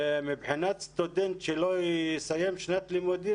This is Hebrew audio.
מבחינת סטודנט שלא יסיים שנת לימודים,